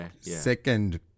second